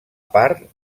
part